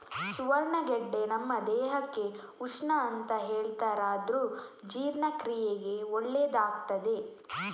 ಸುವರ್ಣಗಡ್ಡೆ ನಮ್ಮ ದೇಹಕ್ಕೆ ಉಷ್ಣ ಅಂತ ಹೇಳ್ತಾರಾದ್ರೂ ಜೀರ್ಣಕ್ರಿಯೆಗೆ ಒಳ್ಳೇದಾಗ್ತದೆ